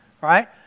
Right